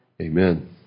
Amen